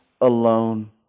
alone